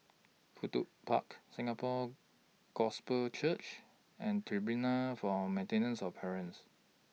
Fudu Park Singapore Gospel Church and Tribunal For Maintenance of Parents